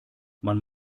man